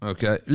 Okay